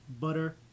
butter